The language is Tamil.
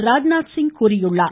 ராஜ்நாத் சிங் தெரிவித்துள்ளார்